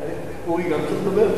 אורי גם צריך לדבר?